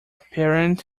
parent